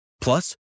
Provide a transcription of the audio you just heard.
Plus